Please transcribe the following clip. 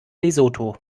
lesotho